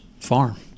farm